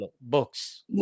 books